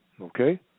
Okay